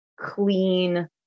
clean